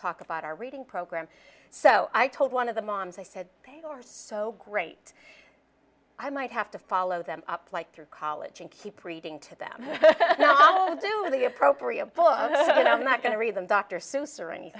talk about our reading program so i told one of the moms i said they are so great i might have to follow them up like through college and keep reading to them how to do with the appropriate poem and i'm not going to read them dr seuss or anything